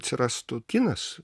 atsirastų kinas